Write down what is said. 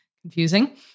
Confusing